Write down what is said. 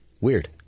Weird